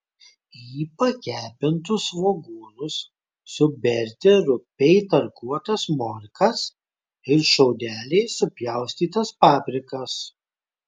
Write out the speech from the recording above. į pakepintus svogūnus suberti rupiai tarkuotas morkas ir šiaudeliais supjaustytas paprikas